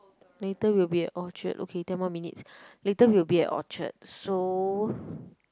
later we'll be at Orchard okay ten more minutes later will be at Orchard so